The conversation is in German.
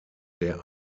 der